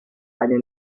eine